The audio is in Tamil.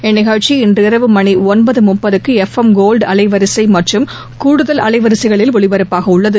இந்நிகழ்ச்சி இன்றிரவு மணி ஒன்பது முப்பதுக்கு எஃப் எம் கோல்டு அலைவரிசை மற்றும் கூடுதல் அலைவரிசைகளில் ஒலிபரப்பாகவுள்ளது